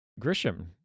Grisham